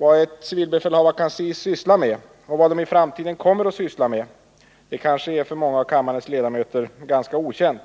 Vad civilbefälhavarkanslierna sysslar med och vad dessa kanslier i framtiden kommer att ha för uppgifter torde för många av kammarens ledamöter vara ganska okänt.